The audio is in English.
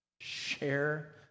Share